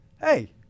hey